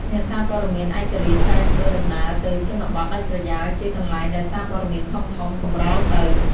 អ្នកសារព័ត៌មានឯករាជ្យតែងធ្វើដំណើរទៅជនបទដាច់ស្រយាលជាកន្លែងដែលសារព័ត៌មានធំៗកម្រទៅ។